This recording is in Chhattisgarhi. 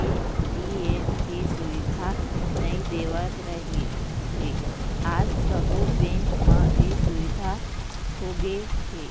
ए.टी.एम के सुबिधा नइ देवत रिहिस हे आज सबो बेंक म ए सुबिधा होगे हे